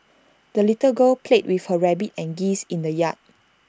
the little girl played with her rabbit and geese in the yard